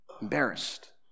embarrassed